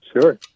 Sure